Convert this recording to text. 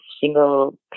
single